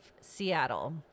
Seattle